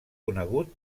conegut